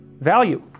value